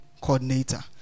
coordinator